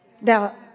Now